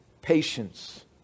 patience